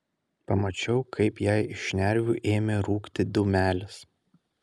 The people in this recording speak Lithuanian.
pamačiau kaip jai iš šnervių ėmė rūkti dūmelis